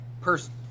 Person